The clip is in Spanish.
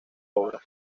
obra